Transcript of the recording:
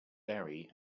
berry